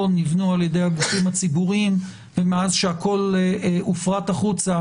נבנו על ידי הגופים הציבוריים ומאז שהכול הופרט החוצה